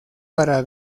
para